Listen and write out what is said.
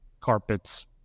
carpets